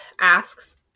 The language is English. asks